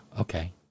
okay